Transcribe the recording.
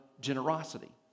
generosity